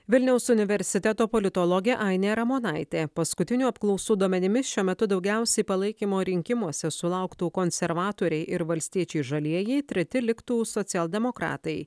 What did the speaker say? vilniaus universiteto politologė ainė ramonaitė paskutinių apklausų duomenimis šiuo metu daugiausiai palaikymo rinkimuose sulauktų konservatoriai ir valstiečiai žalieji treti liktų socialdemokratai